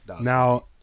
Now